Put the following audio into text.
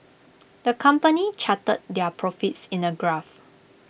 the company charted their profits in A graph